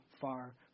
far